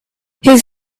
his